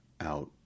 out